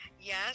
Yes